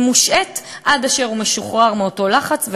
היא מושעית עד אשר הוא משוחרר מאותו לחץ,